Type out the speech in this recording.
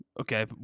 Okay